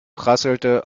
prasselte